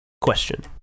question